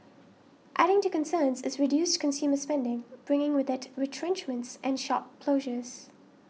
adding to concerns is reduced consumer spending bringing with it retrenchments and shop closures